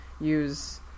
use